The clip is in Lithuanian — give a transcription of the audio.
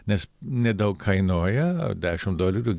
nes nedaug kainuoja dešimt dolerių